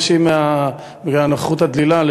בגלל הנוכחות הדלילה,